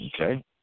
Okay